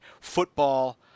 football